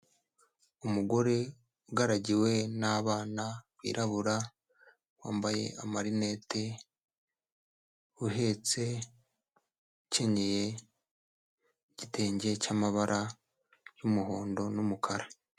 Umugore ugaragiwe n'abana wirabura, wambaye amarinete, uhetse, ukenyeye igitenge cy'amabara y'umuhondo n'umukara.